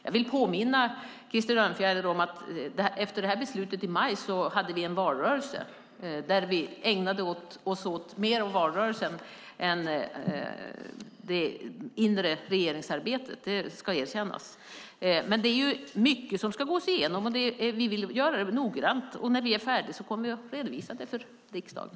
Jag vill påminna Krister Örnfjäder om att efter beslutet i maj hade vi en valrörelse där vi ägnade oss mer åt valrörelsen än det inre regeringsarbetet - det ska erkännas. Det är mycket som ska gås igenom, och vi vill göra det noggrant. När vi är färdiga kommer vi att redovisa det för riksdagen.